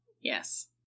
Yes